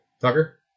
Tucker